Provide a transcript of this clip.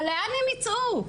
אבל לאן הן יצאו?